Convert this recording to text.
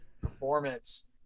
performance